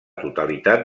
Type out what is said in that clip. totalitat